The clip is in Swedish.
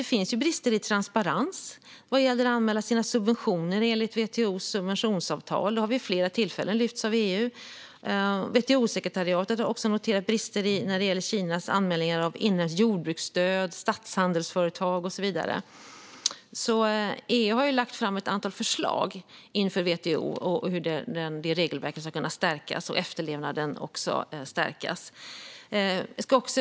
Det finns brister i transparens vad gäller att anmäla sina subventioner enligt WTO:s subventionsavtal. Det har vid flera tillfällen tagits upp av EU. WTO-sekretariatet har också noterat brister när det gäller Kinas anmälningar av jordbruksstöd, statshandelsföretag och så vidare. EU har lagt fram ett antal förslag till WTO om hur regelverket och efterlevnaden ska kunna stärkas.